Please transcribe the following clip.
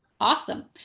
awesome